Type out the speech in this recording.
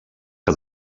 que